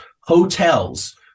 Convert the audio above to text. hotels